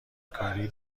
کاری